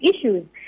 issues